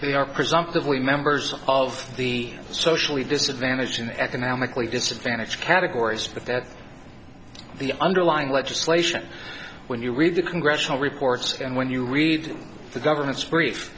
they are presumptively members of the socially disadvantaged in economically disadvantaged categories but that's the underlying legislation when you read the congressional reports and when you read the government's brief